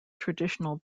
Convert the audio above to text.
traditional